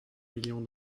million